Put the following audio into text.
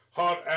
hot